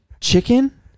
chicken